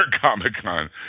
Comic-Con